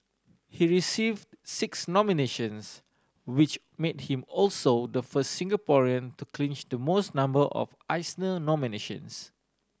he receive six nominations which made him also the first Singaporean to clinch the most number of Eisner nominations